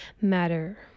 matter